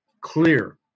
clear